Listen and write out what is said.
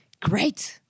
great